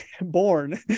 born